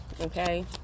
Okay